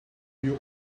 you